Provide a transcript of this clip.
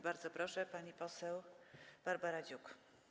Bardzo proszę, pani poseł Barbara Dziuk.